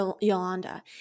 Yolanda